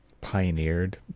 pioneered